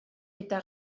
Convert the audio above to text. eta